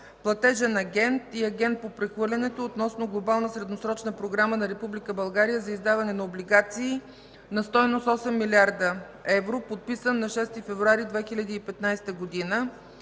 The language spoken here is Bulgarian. Платежен агент и Агент по прехвърлянето относно Глобална средносрочна програма на Република България за издаване на облигации на стойност 8 000 000 000 евро, подписан на 6 февруари 2015 г.,